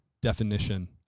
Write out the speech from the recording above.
definition